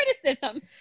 criticism